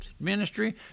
ministry